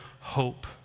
hope